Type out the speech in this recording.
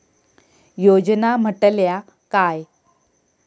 योजना म्हटल्या काय?